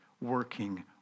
working